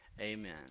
Amen